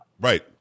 Right